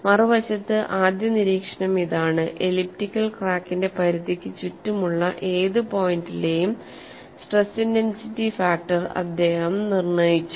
മറുവശത്ത് ആദ്യ നിരീക്ഷണം ഇതാണ് എലിപ്റ്റിക്കൽ ക്രാക്കിന്റെ പരിധിക്കു ചുറ്റുമുള്ള ഏത് പോയിന്റിലെയും സ്ട്രെസ് ഇന്റെൻസിറ്റി ഫാക്ടർ അദ്ദേഹം നിർണ്ണയിച്ചു